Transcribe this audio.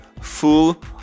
full